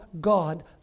God